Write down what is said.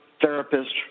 therapist